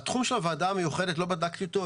התחום של הוועדה המיוחדת לא בדקתי אותו.